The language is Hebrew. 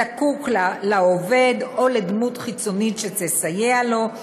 זקוק לעובד או לדמות חיצונית שתסייע לו,